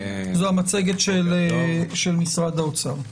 זו המצגת של משרד האוצר.